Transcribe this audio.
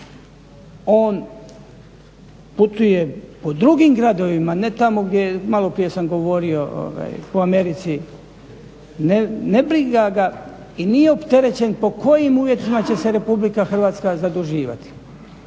On putuje po drugim gradovima, ne tamo gdje je maloprije sam govorio po Americi, ne briga ga i nije opterećen po kojim uvjetima će se RH zaduživati.